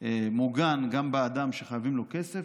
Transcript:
מוגן גם באדם שחייבים לו כסף.